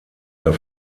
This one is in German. der